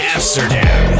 Amsterdam